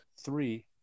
three